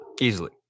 easily